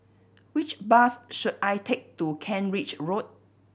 which bus should I take to Kent Ridge Road